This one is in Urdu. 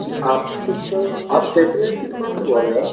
جی آپ کچھ آپ اسٹیشنری کی دکان سے بول رہے ہیں